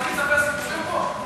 אתה מתחיל לספר סיפורים פה?